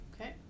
Okay